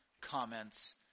comments